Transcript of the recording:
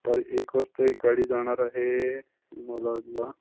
दुपारी एक वाजता एक गाडी जाणार आहे मालाडला